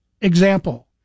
example